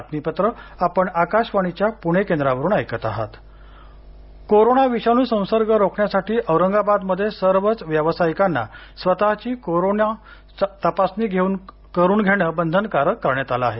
Aurangabad corona विषाणू संसर्ग रोखण्यासाठी औरंगाबादमध्ये सर्वच व्यायसायिकांना स्वतःची कोरोना तपासणी करून घेणं बंधनकारक करण्यात आलं आहे